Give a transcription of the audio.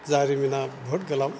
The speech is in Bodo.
जारिमिना बुहुत गोलाव